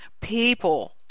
people